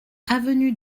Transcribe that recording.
avenue